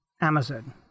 Amazon